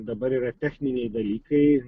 dabar yra techniniai dalykai